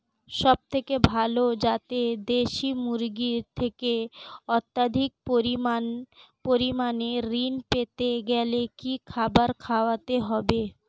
সবথেকে ভালো যাতে দেশি মুরগির থেকে অত্যাধিক পরিমাণে ঋণ পেতে গেলে কি খাবার খাওয়াতে হবে?